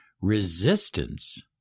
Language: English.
resistance